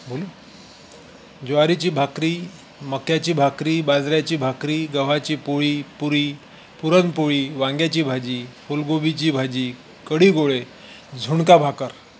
बोलू ज्वारीची भाकरी मक्याची भाकरी बाजऱ्याची भाकरी गव्हाची पोळी पुरी पुरणपोळी वांग्याची भाजी फुलगोबीची भाजी कढीगोळे झुणका भाकर